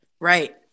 Right